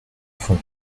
fond